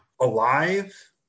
Alive